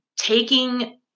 taking